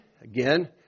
again